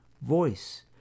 voice